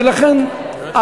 ולכן,